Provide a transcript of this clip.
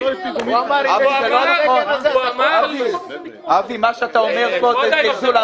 הוא אמר --- אבי, מה שאתה אומר פה זה זלזול.